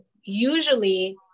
usually